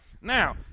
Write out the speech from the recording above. Now